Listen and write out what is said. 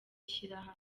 ishyirahamwe